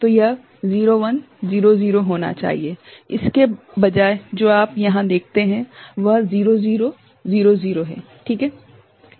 तो यह 0100 होना चाहिए इसके बजाय जो आप यहां देखते हैं वह 0000 है ठीक हैं